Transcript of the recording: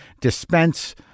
dispense